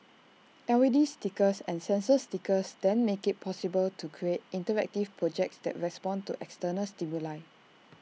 L E D stickers and sensor stickers then make IT possible to create interactive projects that respond to external stimuli